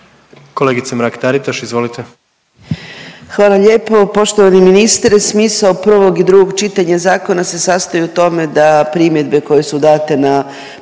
**Mrak-Taritaš, Anka (GLAS)** Hvala lijepo. Poštovani ministre smisao prvog i drugog čitanja zakona se sastoji u tome da primjedbe koje su date na